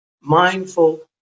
mindful